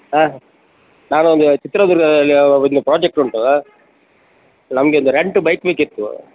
ಹಾಂ ನಾನೊಂದು ಚಿತ್ರದುರ್ಗಾದಲ್ಲಿ ಒಂದು ಪ್ರಾಜೆಕ್ಟ್ ಉಂಟು ನಮಗೆ ಒಂದು ರೆಂಟ್ ಬೈಕ್ ಬೇಕಿತ್ತು